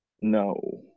No